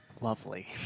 Lovely